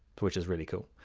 which is really cool.